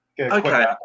Okay